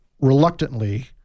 reluctantly